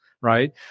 right